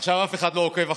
עכשיו אף אחד לא עוקב אחריי,